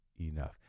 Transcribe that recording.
enough